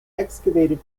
excavated